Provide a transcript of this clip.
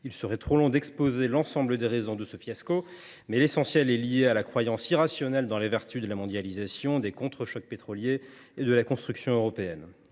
Il serait trop long d’exposer l’ensemble des raisons d’un tel fiasco ; l’explication principale tient à la croyance irrationnelle dans les vertus de la mondialisation, des contre chocs pétroliers et de la construction européenne.